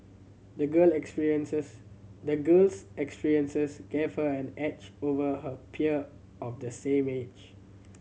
the girl experiences the girl's experiences gave her an edge over her peer of the same age